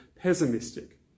pessimistic